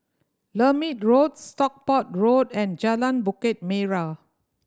Lermit Road Stockport Road and Jalan Bukit Merah